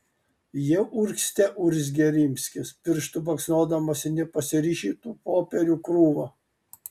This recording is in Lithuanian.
jau urgzte urzgė rimskis pirštu baksnodamas į nepasirašytų popierių krūvą